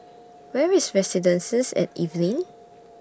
Where IS Residences At Evelyn